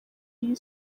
iyi